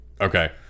Okay